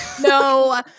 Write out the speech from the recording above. no